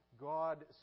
God